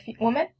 woman